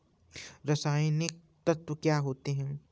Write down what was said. रसायनिक तत्व क्या होते हैं?